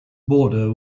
border